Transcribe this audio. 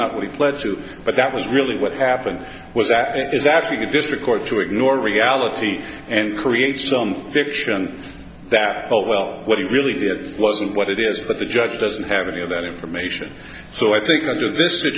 not what it led to but that was really what happened was that it is actually the district court to ignore reality and create some fiction that caldwell what he really did wasn't what it is but the judge doesn't have any of that information so i think